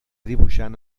dibuixant